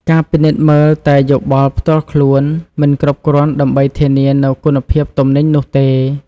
ការពិនិត្យមើលតែយោបល់ផ្ទាល់ខ្លួនមិនគ្រប់គ្រាន់ដើម្បីធានានូវគុណភាពទំនិញនោះទេ។